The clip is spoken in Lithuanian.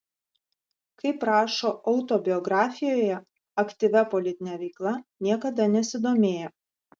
kaip rašo autobiografijoje aktyvia politine veikla niekada nesidomėjo